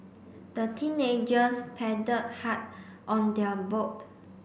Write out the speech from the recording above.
the teenagers paddled hard on their boat